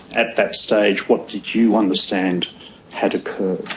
at that stage, what did you understand had occurred?